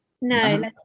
No